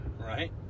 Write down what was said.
right